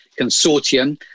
Consortium